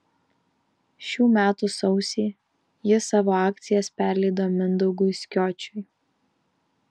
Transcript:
šių metų sausį ji savo akcijas perleido mindaugui skiočiui